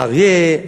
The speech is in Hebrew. האריה,